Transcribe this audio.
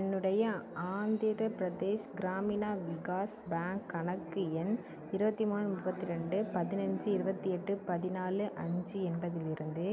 என்னுடைய ஆந்திரபிரதேஷ் கிராமினா விகாஸ் பேங்க் கணக்கு எண் இருபத்தி மூணு முப்பத்தி ரெண்டு பதினஞ்சு இருபத்தி எட்டு பதினாலு அஞ்சு என்பதிலிருந்து